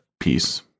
Peace